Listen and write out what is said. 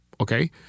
okay